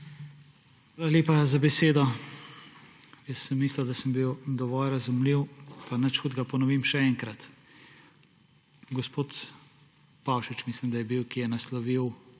Hvala lepa za besedo. Mislil sem, da sem bil dovolj razumljiv, pa nič hudega, ponovim še enkrat. Gospod Pavšič, mislim, da je bil, ki je naslovil